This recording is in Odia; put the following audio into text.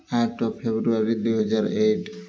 ଆଠ ଫେବୃଆରୀ ଦୁଇ ହଜାର ଏକ